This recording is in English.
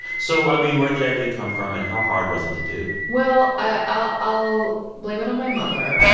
so, i mean, where'd the idea come from? and how hard was it to do? well, i'll i'll blame it on my mother.